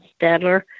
Stadler